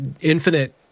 infinite